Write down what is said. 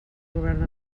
govern